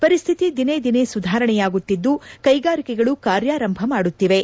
ಪರಿಸ್ಥಿತಿ ದಿನೇ ದಿನೇ ಸುಧಾರಣೆಯಾಗುತ್ತಿದ್ದು ಕೈಗಾರಿಕೆಗಳು ಕಾರ್ಯಾರಂಭ ಮಾಡುತ್ತಿವೆ